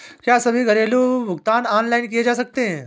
क्या सभी घरेलू भुगतान ऑनलाइन किए जा सकते हैं?